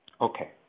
Okay